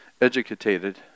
educated